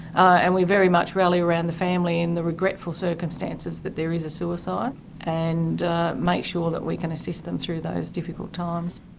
and we very much rally around the family in the regretful circumstances that there is a suicide and make sure we can assist them through those difficult times.